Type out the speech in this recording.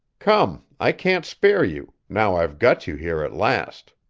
come, i can't spare you, now i've got you here at last.